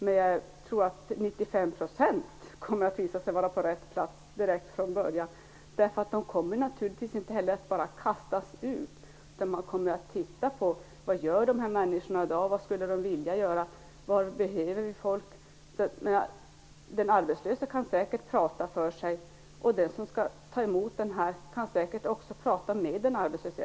Men jag tror att 95 % kommer att visa sig vara på rätt plats redan från början. Dessa människor kommer naturligtvis inte bara att kastas ut, utan man kommer att titta på vad de gör i dag, vad de skulle vilja göra och var det behövs folk. Den arbetslöse kan säkert prata för sig, och den person som tar emot den arbetslöse kan säkert också prata med honom eller henne.